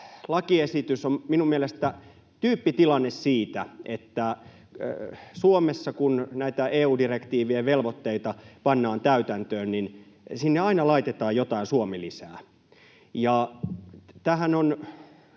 lakiesitys on minun mielestäni tyyppitilanne siitä, että kun Suomessa näitä EU-direktiivien velvoitteita pannaan täytäntöön, niin sinne aina laitetaan jotain Suomi-lisää. Tähän on